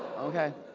okay.